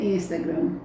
Instagram